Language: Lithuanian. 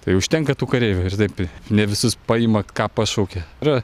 tai užtenka tų kareivių ir taip ne visus paima ką pašaukia yra